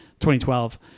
2012